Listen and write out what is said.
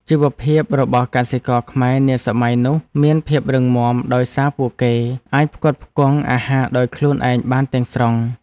ជីវភាពរបស់កសិករខ្មែរនាសម័យនោះមានភាពរឹងមាំដោយសារពួកគេអាចផ្គត់ផ្គង់អាហារដោយខ្លួនឯងបានទាំងស្រុង។